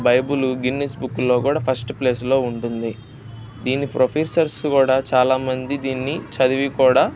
Bible Guinness బుక్లో కూడా first ప్లేస్లో ఉంటుంది దీని ప్రొఫెసర్స్ కూడా చాలామంది దీన్ని చదివి కూడా